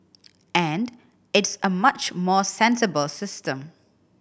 and it's a much more sensible system